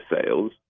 sales